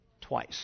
Twice